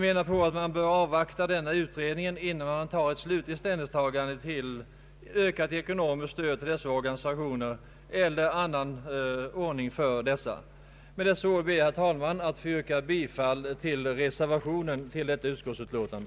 Man bör avvakta denna utredning innan man tar slutlig ställning till ökat ekonomiskt stöd till dessa organisationer och innan man bestämmer annan ordning för dem. Med dessa ord ber jag, herr talman, att få yrka bifall till reservationen till detta utskottsutlåtande.